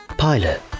Pilot